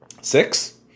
six